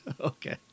Okay